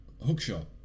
Hookshot